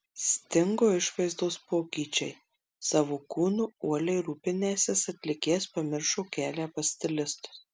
stingo išvaizdos pokyčiai savo kūnu uoliai rūpinęsis atlikėjas pamiršo kelią pas stilistus